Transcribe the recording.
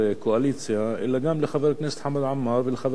אלא גם לחבר הכנסת חמד עמאר ולחבר הכנסת שכיב שנאן,